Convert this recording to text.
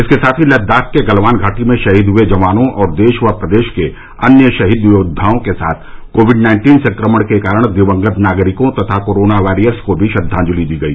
इसके साथ ही लददाख के गलवान घाटी में शहीद हये जवानों देश व प्रदेश के अन्य शहीद योद्वाओं के साथ कोविड नाइन्टीन संक्रमण के कारण दिवंगत नागरिकों तथा कोरोना वारियर्स को भी श्रद्वाजंलि दी गई